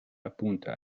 apunta